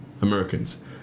Americans